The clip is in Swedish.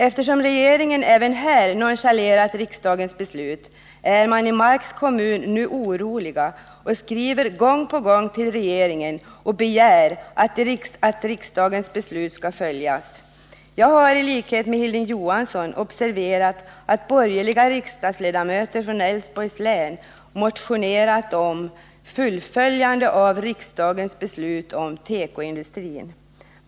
Eftersom regeringen även här nonchalerat riksdagens beslut, är man i Marks kommun nu orolig och skriver gång på gång till regeringen och begär att riksdagens beslut skall följas. Jag har i likhet med Hilding Johansson observerat att borgerliga riksdagsledamöter från Älvsborgs län motionerat Nr 137 om ett fullföljande av riksdagens beslut om tekoindustrin.